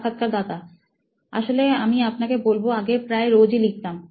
সাক্ষাৎকারদাতা আসলে আমি আপনাকে বলবো আগে প্রায় রোজই লিখতাম